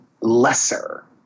lesser